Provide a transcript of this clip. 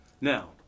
Now